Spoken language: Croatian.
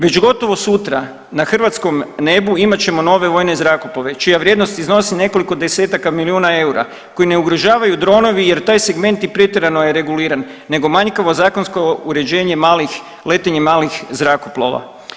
Već gotovo sutra na hrvatskom nebu imat ćemo nove vojne zrakoplove čija vrijednost iznosi nekoliko desetaka milijuna eura koji ne ugrožavaju dronovi jer taj segment i pretjerano je reguliran nego manjkavo zakonsko uređenje malih, letenje malih zrakoplova.